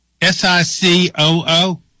S-I-C-O-O